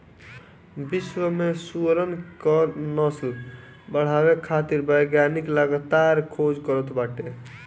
विश्व में सुअरन क नस्ल बढ़ावे खातिर वैज्ञानिक लगातार खोज करत बाटे